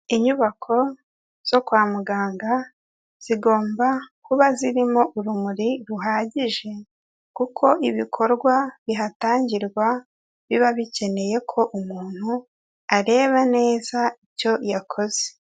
Inyubako zo kwa muganga zigomba kuba zirimo urumuri ruhagije, kuko ibikorwa bihatangirwa biba bikeneye ko umuntu areba neza icyo yakoze.